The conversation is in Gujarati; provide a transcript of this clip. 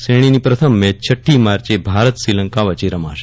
શ્રેણીમાં પ્રથમ મેચ છઠ્ઠી વચ્ચે ભારત શ્રીલંકા વચ્ચે રમાશે